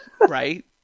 Right